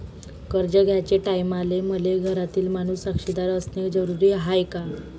कर्ज घ्याचे टायमाले मले घरातील माणूस साक्षीदार असणे जरुरी हाय का?